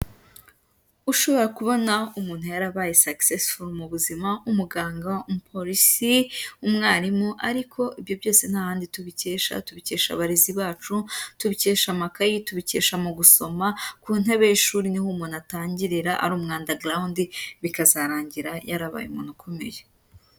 Ushobora kubona umuntu yarabaye successful mu buzima, nk'umuganga, umuporisi, umwarimu, ariko ibyo byose nta handi tubikesha, tubikesha abarezi bacu, tubikesha amakayi, tubikesha mu gusoma, ku ntebe y'ishuri niho umuntu atangirira ari umu under ground, bikazarangira yarabaye umuntu ukomeye.